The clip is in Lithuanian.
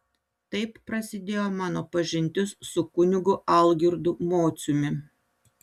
taip prasidėjo mano pažintis su kunigu algirdu mociumi